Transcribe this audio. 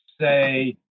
say